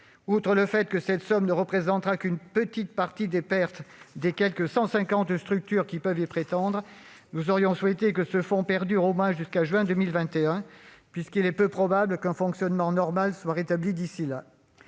Outre que cette somme ne représentera qu'une petite partie des pertes des quelque 150 structures qui peuvent y prétendre, nous aurions souhaité que le fonds perdure au moins jusqu'à juin 2021, puisqu'il est peu probable qu'un fonctionnement normal soit rétabli d'ici là.